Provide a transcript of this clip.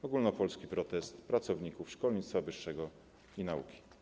To ogólnopolski protest pracowników szkolnictwa wyższego i nauki.